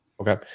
Okay